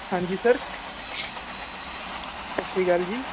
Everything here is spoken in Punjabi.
ਹਾਂਜੀ ਸਰ ਸਤਿ ਸ਼੍ਰੀ ਅਕਾਲ ਜੀ